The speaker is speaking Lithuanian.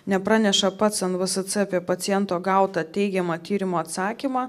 nepraneša pats nvsc apie paciento gautą teigiamą tyrimo atsakymą